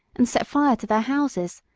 and set fire to their houses,